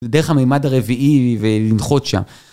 זה דרך המימד הרביעי ולנחות שם.